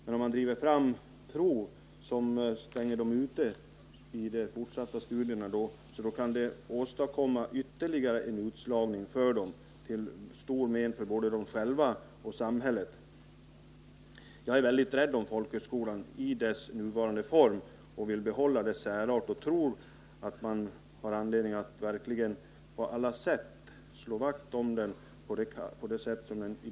Men om man driver fram prov som stänger dem ute från de fortsatta studierna kan det åstadkomma ytterligare en utslagning för dem, till stort men för både dem själva och samhället. Jag är väldigt rädd om folkhögskolan i dess nuvarande form och vill behålla dess särart, och jag tror att man har anledning att på alla sätt slå vakt om den som den ser ut i dag.